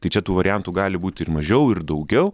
tai čia tų variantų gali būti ir mažiau ir daugiau